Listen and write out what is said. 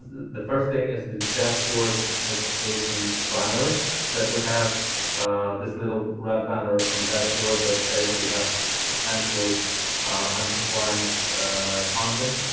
the first thing is the dashboard notification banner that we have this little red banner on the dashboard that says you have potentially uncompliant content,